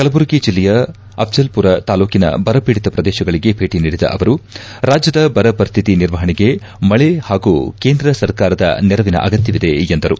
ಕಲಬುರಗಿ ಜಿಲ್ಲೆಯ ಅಫ್ಟಲ್ಮರ ತಾಲೂಕಿನ ಬರಪೀಡಿತ ಪ್ರದೇಶಗಳಗೆ ಭೇಟ ನೀಡಿದ ಅವರು ರಾಜ್ಜದ ಬರ ಪರಿಸ್ತಿತಿ ನಿರ್ವಹಣೆಗೆ ಮಳೆ ಹಾಗೂ ಕೇಂದ್ರ ಸರ್ಕಾರದ ನೆರವಿನ ಅಗತ್ತವಿದೆ ಎಂದರು